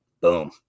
Boom